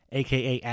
aka